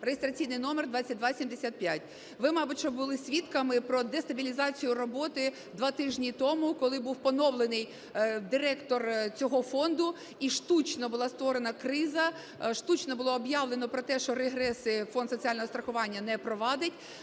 (реєстраційний номер 2275). Ви, мабуть, що були свідками про дестабілізацію роботи два тижні тому, коли був поновлений директор цього фонду і штучно була створена криза, штучно було об'явлено про те, що регреси Фонд соціального страхування не провадить.